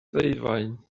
ddeufaen